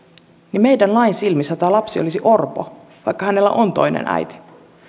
niin meidän lakimme silmissä tämä lapsi olisi orpo vaikka hänellä on toinen äiti